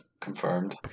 confirmed